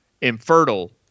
infertile